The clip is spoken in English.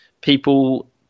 people